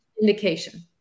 indication